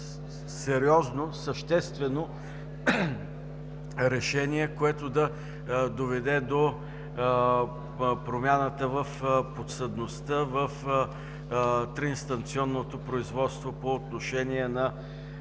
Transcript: сериозно, съществено решение, което да доведе до промяната в подсъдността в триинстанционното производство по отношение на